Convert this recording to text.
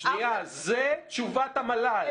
זו תשובת המל"ל.